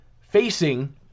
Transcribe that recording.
facing